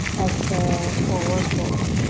exhale, forward fold.